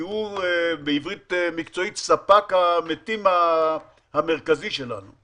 בעברית מקצועית, הוא ספק המתים המרכזי שלנו.